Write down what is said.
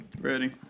Ready